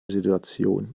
situation